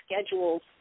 schedules